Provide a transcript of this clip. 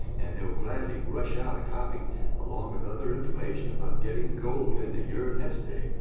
and they will gladly rush out a copy along with other information about getting gold into your nest egg.